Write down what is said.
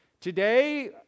Today